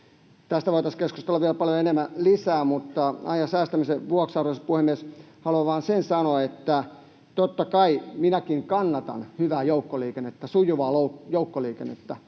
Tästä voitaisiin keskustella vielä paljon enemmän lisää, mutta ajan säästämisen vuoksi, arvoisa puhemies, haluan vain sen sanoa, että totta kai minäkin kannatan hyvää joukkoliikennettä, sujuvaa joukkoliikennettä,